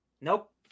nope